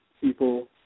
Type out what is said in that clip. people